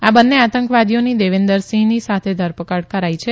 આ બંને આતંકવાદીઓની દેવિન્દરસિંહની સાથે ધરા કડ કરાઇ છે